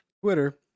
Twitter